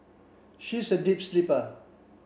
she is a deep sleeper